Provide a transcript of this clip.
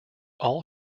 all